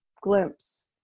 glimpse